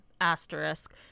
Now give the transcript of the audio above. asterisk